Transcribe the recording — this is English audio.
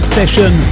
session